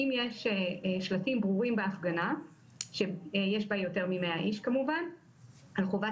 אם יש שלטים ברורים בהפגנה שיש בה יותר מ-100 איש כמובן על חובת